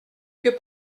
que